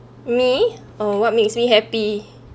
me uh what makes me happy